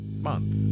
month